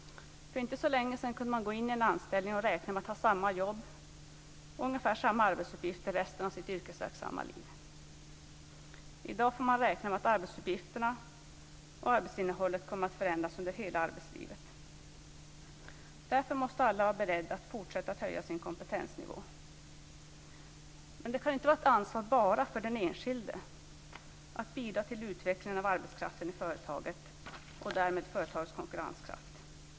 För inte så länge sedan kunde man gå in i en anställning och räkna med att ha samma jobb och ungefär samma arbetsuppgifter resten av sitt yrkesverksamma liv. I dag får man räkna med att arbetsuppgifterna och arbetsinnehållet kommer att förändras under hela arbetslivet. Därför måste alla vara beredda att fortsätta att höja sin kompetensnivå. Men det kan inte vara ett ansvar bara för den enskilde att bidra till utvecklingen av arbetskraften i företaget och därmed också till att utveckla företagets konkurrenskraft.